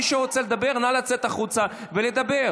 מי שרוצה לדבר, נא לצאת החוצה ולדבר.